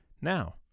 Now